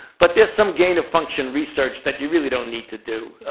but there's some gain of function research that you really don't need to do.